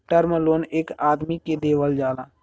term loan एक आदमी के देवल जाला